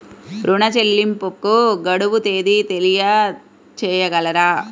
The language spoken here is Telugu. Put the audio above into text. ఋణ చెల్లింపుకు గడువు తేదీ తెలియచేయగలరా?